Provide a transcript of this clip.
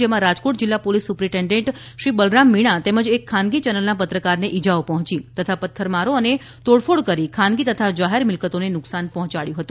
જેમાં રાજકોટ જિલ્લા police superintendent Shri Balram Meena તેમજ એક ખાનગી ચેનલના પત્રકારને ઇજાઓ પહોંચી હતી તથા પથ્થરમારો અને તોડફોડ કરી ખાનગી તથા જાહેર મિલકતોને નુકસાન પહોંચાડ્યું હતું